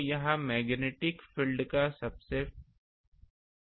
तो यह magnetic field का सबसे फार फील्ड है